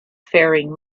faring